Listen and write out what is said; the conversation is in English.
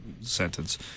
sentence